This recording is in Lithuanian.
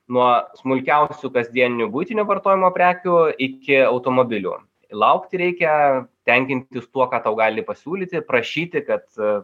nuo smulkiausių kasdienių buitinių vartojimo prekių iki automobilių laukti reikia tenkintis tuo ką tau gali pasiūlyti prašyti kad